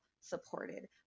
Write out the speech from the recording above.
supported